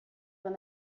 when